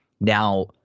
Now